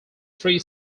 three